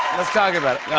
let's talk about it.